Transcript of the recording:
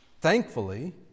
thankfully